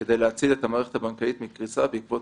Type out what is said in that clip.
כדי להציל את המערכת הבנקאית מקריסה בעקבות